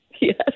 yes